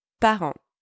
parents